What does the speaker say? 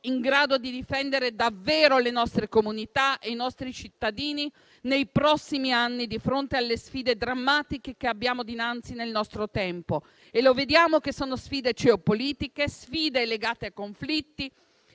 in grado di difendere davvero le nostre comunità e i nostri cittadini nei prossimi anni, di fronte alle sfide drammatiche che abbiamo dinanzi nel nostro tempo. Lo vediamo: sono sfide geopolitiche, sfide legate ai conflitti,